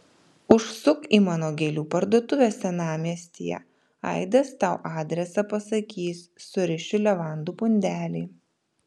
užsuk į mano gėlių parduotuvę senamiestyje aidas tau adresą pasakys surišiu levandų pundelį